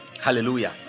hallelujah